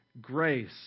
grace